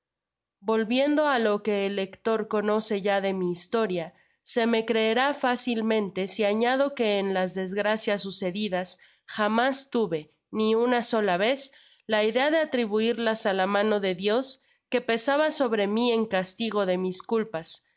volviendo á lo que el lector conoce ya de mi historia se me creerá fácilmente si añado que en las desgracias sucedidas jamás tuve ni una sola vez la idea de atribuirlas á la mano de dios que pesaba sobre mi en castigo de mis culpas